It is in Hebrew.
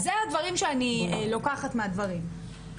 זה מה שאני לוקחת מהדברים.